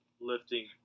lifting